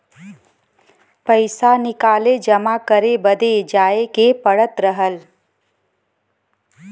पइसा निकाले जमा करे बदे जाए के पड़त रहल